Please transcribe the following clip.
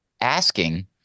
asking